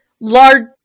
large